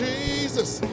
Jesus